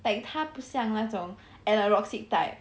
like 他不像那种 anorexic type